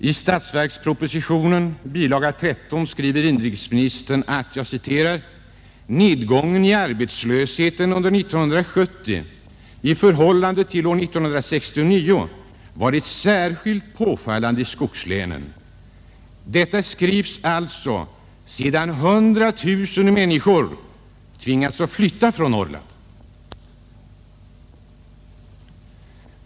I statsverkspropositionens bilaga 13 skriver inrikesministern att ”nedgången i arbetslösheten under år 1970 i förhållande till år 1969 varit särskilt påfallande i skogslänen”. Detta skrivs alltså sedan 100 000 människor tvingats flytta från Norrland.